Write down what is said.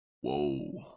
Whoa